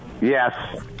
Yes